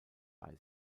bei